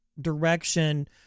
direction